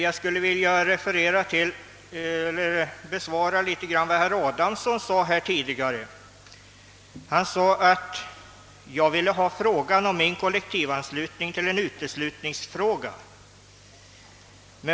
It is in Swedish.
Jag skulle vilja bemöta vad herr Adamsson sade tidigare då han påstod att jag ville ha frågan om min kollektivanslutning till en uteslutningsfråga.